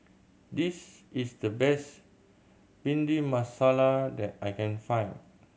this is the best Bhindi Masala that I can find